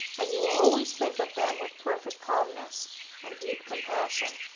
and you will always think of them with perfect calmness and deep compassion.